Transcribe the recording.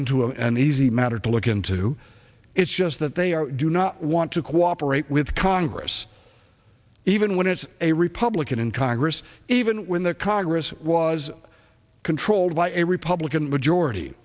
into an easy matter to look into it's just that they do not want to cooperate with congress even when it's a republican in congress even when the congress was controlled by a republican majority